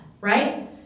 Right